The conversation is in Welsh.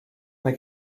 mae